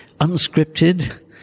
unscripted